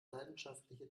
leidenschaftliche